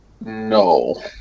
No